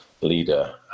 leader